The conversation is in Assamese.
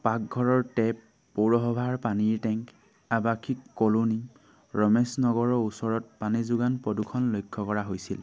পাকঘৰৰ টেপ পৌৰসভাৰ পানীৰ টেংক আৱাসিক কলনী ৰমেশ নগৰৰ ওচৰত পানী যোগান প্ৰদূষণ লক্ষ্য কৰা হৈছিল